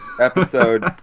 episode